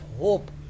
hope